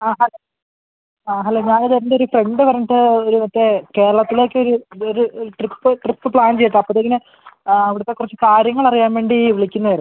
ആ ഹലോ ആ ഹലോ ഞാൻ എൻ്റെ ഒരു ഫ്രണ്ട് പറഞ്ഞിട്ട് ഒരു മറ്റേ കേരളത്തിലേക്ക് ഒരു ട്രിപ്പ് ട്രിപ്പ് പ്ലാൻ ചെയ്തതാണ് അപ്പത്തേക്കിന് അവിടുത്ത കുറച്ച് കാര്യങ്ങൾ അറിയാൻ വേണ്ടി വിളിക്കുന്നത് ആയിരുന്നു